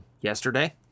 Yesterday